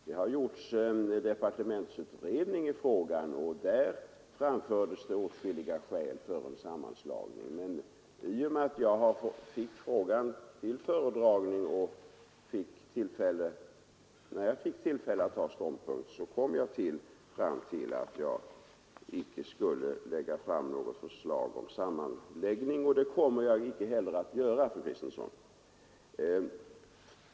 Det har gjorts en departementsutredning i frågan, och där har framförts åtskilliga skäl för en sammanslagning, men i och med att jag fick ärendet till föredragning och fick tillfälle att ta ståndpunkt, så kom jag fram till att jag icke skulle lägga fram något förslag om sammanläggning. Det kommer jag inte heller att göra, fru Kristensson.